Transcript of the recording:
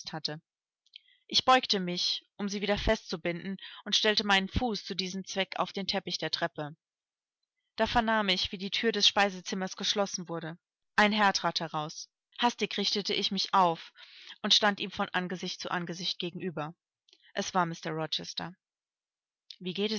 hatte ich beugte mich um sie wieder fest zu binden und stellte meinen fuß zu diesem zweck auf den teppich der treppe da vernahm ich wie die thür des speisezimmers geschlossen wurde ein herr trat heraus hastig richtete ich mich auf und stand ihm von angesicht zu angesicht gegenüber es war mr rochester wie geht es